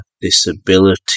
disability